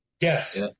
Yes